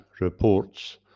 reports